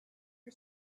her